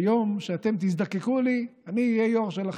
ביום שאתם תזדקקו לי אני אהיה יו"ר שלכם.